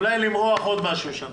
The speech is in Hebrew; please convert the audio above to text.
אולי למרוח עוד משהו שם.